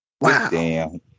Wow